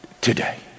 today